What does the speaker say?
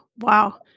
Wow